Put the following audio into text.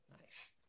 Nice